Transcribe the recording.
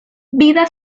vida